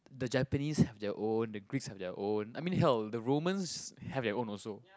the Japanese have their own the Greeks have their own I mean hell the Romans have their own also